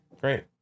Great